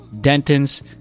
Denton's